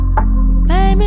Baby